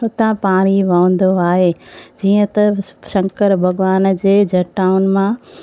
हुतां पाणी वहंदो आहे जीअं त शंकर भॻवान जे जटाउनि मां